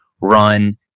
run